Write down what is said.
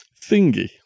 Thingy